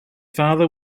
father